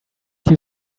you